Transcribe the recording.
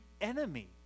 enemy